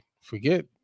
Forget